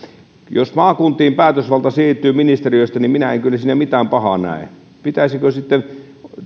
jos maakuntiin päätösvalta siirtyy ministeriöstä niin minä en kyllä siinä mitään pahaa näe pitäisikö sitten